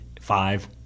five